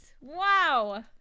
Wow